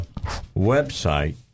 website